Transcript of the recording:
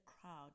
crowd